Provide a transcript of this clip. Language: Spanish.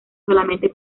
solamente